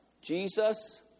Jesus